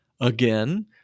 again